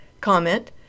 comment